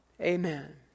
Amen